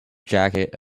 jacket